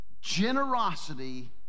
generosity